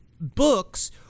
books